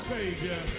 Savior